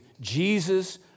Jesus